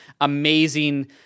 amazing